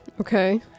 Okay